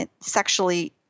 sexually